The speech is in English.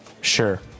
Sure